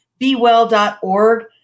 bewell.org